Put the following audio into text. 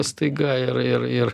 staiga ir ir ir